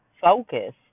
focus